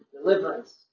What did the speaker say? deliverance